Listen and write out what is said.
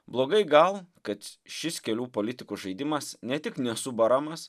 blogai gal kad šis kelių politikų žaidimas ne tik nesubaramas